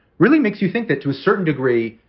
really makes you think that to a certain degree,